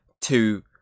two